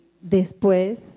después